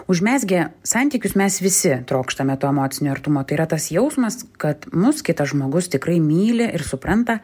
užmezgę santykius mes visi trokštame to emocinio artumo tai yra tas jausmas kad mus kitas žmogus tikrai myli ir supranta